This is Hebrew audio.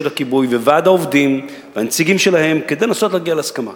הכיבוי וועד העובדים והנציגים שלהם כדי לנסות להגיע להסכמה.